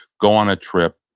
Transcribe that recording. go on a trip.